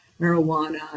marijuana